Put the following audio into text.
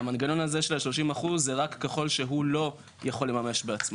המנגנון הזה של ה-30% זה רק ככל שהוא לא יכול לממש בעצמו.